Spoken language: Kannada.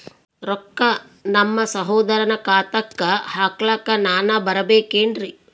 ರೊಕ್ಕ ನಮ್ಮಸಹೋದರನ ಖಾತಾಕ್ಕ ಹಾಕ್ಲಕ ನಾನಾ ಬರಬೇಕೆನ್ರೀ?